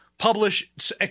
publish